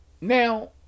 Now